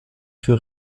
für